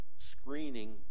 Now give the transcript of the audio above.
Screening